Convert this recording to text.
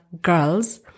girls